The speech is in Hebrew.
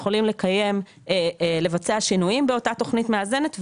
ויכולים לבצע שינויים באותה תוכנית מאזנת.